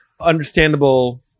understandable